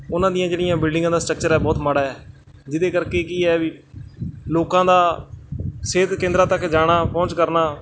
ਉਹਨਾਂ ਦੀਆਂ ਜਿਹੜੀਆਂ ਬਿਲਡਿੰਗਾਂ ਦਾ ਸਟਰਕਚਰ ਹੈ ਬਹੁਤ ਮਾੜਾ ਹੈ ਜਿਹਦੇ ਕਰਕੇ ਕੀ ਹੈ ਵੀ ਲੋਕਾਂ ਦਾ ਸਿਹਤ ਕੇਂਦਰਾਂ ਤੱਕ ਜਾਣਾ ਪਹੁੰਚ ਕਰਨਾ